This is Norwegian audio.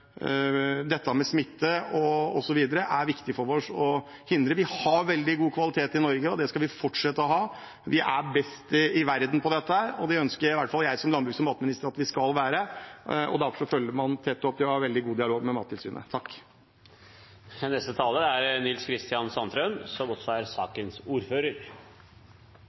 dette med smitte osv., som er viktig for oss å hindre. Vi har veldig god kvalitet i Norge og det skal vi fortsette å ha. Vi er best i verden på dette, og det ønsker i hvert fall jeg som landbruks- og matminister at vi skal være, og derfor følger man tett opp og har en veldig god dialog med Mattilsynet.